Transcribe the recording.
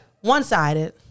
One-sided